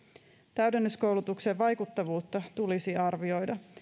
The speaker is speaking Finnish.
täydennyskoulutuksen vaikuttavuutta tulisi arvioida